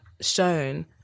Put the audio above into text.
shown